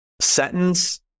sentence